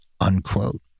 unquote